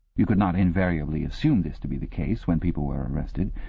you could not invariably assume this to be the case when people were arrested.